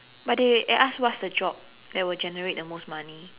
but they ask what's the job that will generate the most money